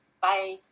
Bye